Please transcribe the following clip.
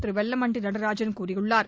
திரு வெல்லமண்டி நடராஜன் கூறியுள்ளார்